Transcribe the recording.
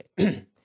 Okay